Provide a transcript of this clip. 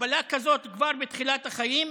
הגבלה כזאת כבר בתחילת החיים?